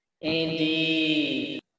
Indeed